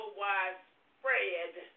widespread